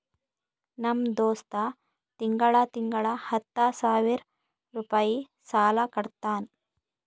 ನಮ್ ದೋಸ್ತ ತಿಂಗಳಾ ತಿಂಗಳಾ ಹತ್ತ ಸಾವಿರ್ ರುಪಾಯಿ ಸಾಲಾ ಕಟ್ಟತಾನ್